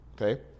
Okay